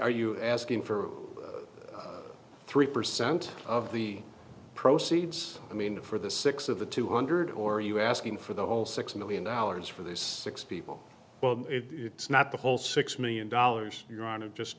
are you asking for three percent of the proceeds i mean for the six of the two hundred or are you asking for the whole six million dollars for these six people well it's not the whole six million dollars you're out of just